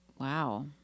Wow